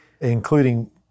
including